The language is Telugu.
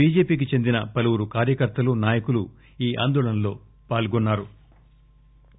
బీజేపీకి చెందిన పలువురు కార్యకర్తలు నాయకులు ఈ ఆందోళనలో పాల్గొన్సారు